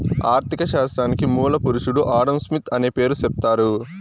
ఆర్ధిక శాస్త్రానికి మూల పురుషుడు ఆడంస్మిత్ అనే పేరు సెప్తారు